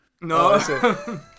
No